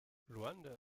luanda